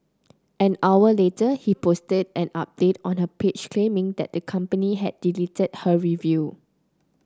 an hour later Ho posted an update on her page claiming that the company had deleted her review